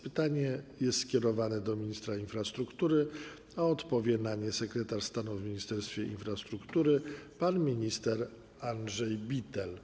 Pytanie jest skierowane do ministra infrastruktury, a odpowie na nie sekretarz stanu w Ministerstwie Infrastruktury pan minister Andrzej Bittel.